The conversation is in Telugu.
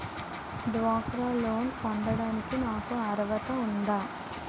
డ్వాక్రా లోన్ పొందటానికి నాకు అర్హత ఉందా?